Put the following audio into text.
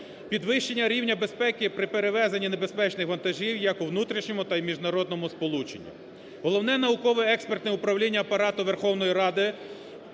Підвищення рівня безпеки при перевезенні небезпечних вантажів як у внутрішньому, так і в міжнародному сполученню. Головне науково-експертне управління Апарату Верховної Ради